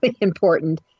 important